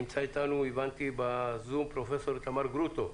נמצא איתנו פרופסור איתמר גרוטו,